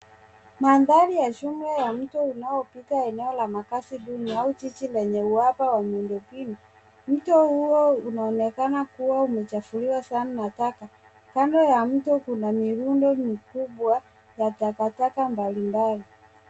Mandhari ya jumla ya mto unaopita eneo la makazi duni au jiji lenye uhaba wa miundombinu. Mto huo unaonekana kuwa umechafuliwa sana na taka, kando ya mto kuna mirundo mikubwa ya takataka mbalimbali.